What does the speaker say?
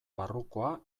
barrukoa